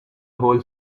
whole